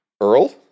Earl